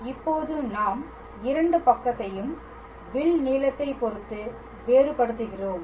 இப்போது நாம் இரண்டு பக்கத்தையும் வில் நீளத்தைப் பொறுத்து வேறுபடுத்துகிறோம்